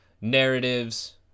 narratives